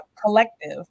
collective